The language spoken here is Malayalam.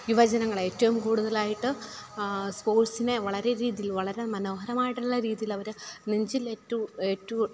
യുവജനങ്ങൾ ഏറ്റവും കൂടുതലായിട്ട് സ്പോർട്ട്സിനെ വളരെ രീതി വളരെ മനോഹരമായിട്ടുള്ള രീതിയിൽ അവർ നെഞ്ചിലേറ്റു ഏറ്റു